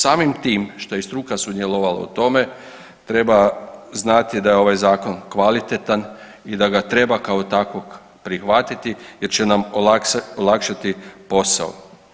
Samim tim što je struka sudjelovala u tome treba znati da je ovaj zakon kvalitetan i da ga treba kao takvog prihvatiti jer će nam olakšati posao.